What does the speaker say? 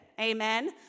Amen